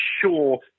sure